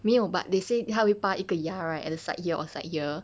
没有 but they say 他会拔一个牙 right at the side here or side here